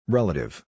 Relative